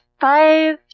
Five